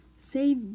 Say